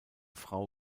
frau